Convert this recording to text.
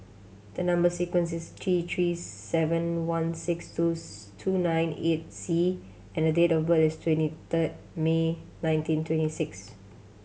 the number sequence is T Three seven one six twos two nine eight C and date of birth is twenty third May nineteen twenty six